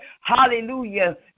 Hallelujah